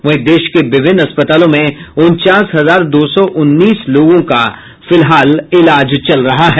वहीं देश के विभिन्न अस्पतालों में उनचास हजार दो सौ उन्नीस लोगों का इलाज चल रहा है